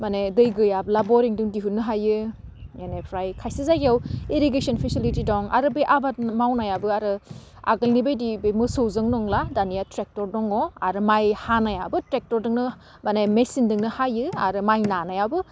माने दै गैयाब्ला बरिं दों दिहुन्नो हायो बेनेफ्राय खायसे जायगायाव इरिगेशन फेसिलिटि दं आरो बे आबाद मावनायाबो आरो आगोलनि बायदि मोसौजों नंला दानिया ट्रेक्टर दङ आरो माइ हानायाबो ट्रेक्टरदोंनो माने मेचिनजोंनो हायो आरो माइ नानायाबो